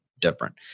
different